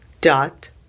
dot